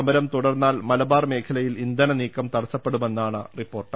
സമരം തുടർന്നാൽ മലബാർ മേഖലയിൽ ഇന്ധന നീക്കം തടസ്സപ്പെടുമെന്നാണ് റിപ്പോർട്ട്